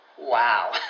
Wow